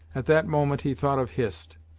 at that moment he thought of hist,